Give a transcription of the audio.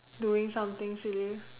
doing something silly